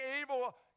evil